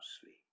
sleep